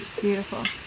Beautiful